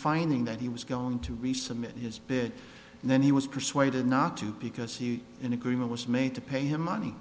finding that he was going to resubmit his bid and then he was persuaded not to because an agreement was made to pay him money